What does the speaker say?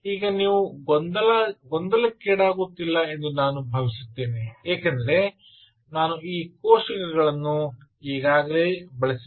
ನೀವು ಈಗ ಗೊಂದಲಕ್ಕೀಡಾಗುತ್ತಿಲ್ಲ ಎಂದು ನಾನು ಭಾವಿಸುತ್ತೇನೆ ಏಕೆಂದರೆ ನಾನು ಈ ಕೋಷ್ಟಕಗಳನ್ನು ಈಗಾಗಲೇ ಬಳಸಿದ್ದೇನೆ